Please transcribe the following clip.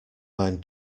mind